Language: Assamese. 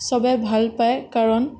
সবেই ভাল পায় কাৰণ